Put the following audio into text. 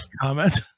Comment